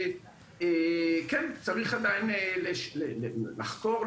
צריך עדיין לחקור,